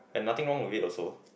and nothing wrong with it also